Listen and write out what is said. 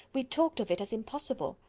we talked of it as impossible.